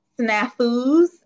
snafus